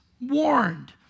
warned